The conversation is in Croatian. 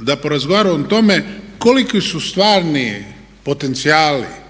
da porazgovaramo o tome koliki s stvarni potencijali,